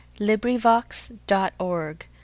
LibriVox.org